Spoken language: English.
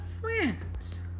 friends